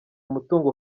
mutungo